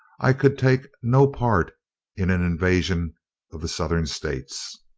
i could take no part in an invasion of the southern states.